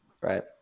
Right